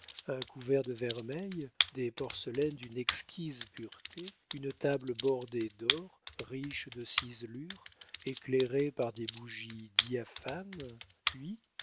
un couvert de vermeil des porcelaines d'une exquise pureté une table bordée d'or riche de ciselure éclairée par des bougies diaphanes puis